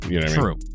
True